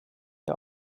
der